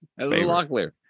Locklear